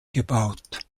gebaut